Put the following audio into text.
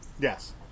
Yes